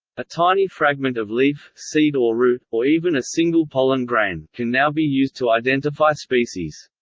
a tiny fragment of leaf, seed or root, or even a single pollen grain, can now be used to identify species.